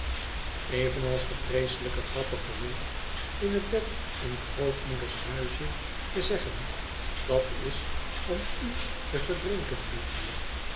evenals de vreeselijke grappige wolf in het bed in grootmoeders huisje te zeggen i dat is om u te verdrinken liefje